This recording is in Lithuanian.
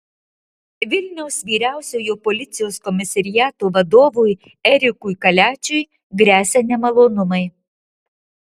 vilniaus vyriausiojo policijos komisariato vadovui erikui kaliačiui gresia nemalonumai